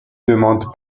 demande